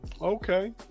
Okay